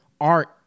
art